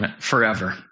forever